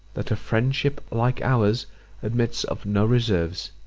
that a friendship like ours admits of no reserves.